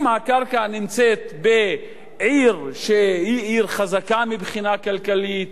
אם הקרקע נמצאת בעיר שהיא עיר חזקה מבחינה כלכלית,